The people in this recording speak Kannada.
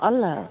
ಅಲ್ಲ